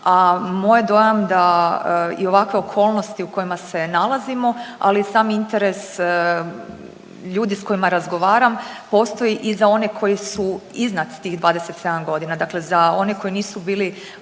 je dojam da i ovakve okolnosti u kojima se nalazimo ali i sam interes ljudi s kojima razgovaram postoji i za one koji su iznad tih 27 godina, dakle za one koji nisu bili